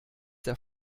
der